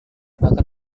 bahkan